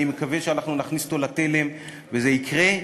ואני מקווה שאנחנו נכניס אותו לתלם וזה יקרה.